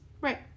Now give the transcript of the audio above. Right